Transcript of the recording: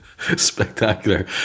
spectacular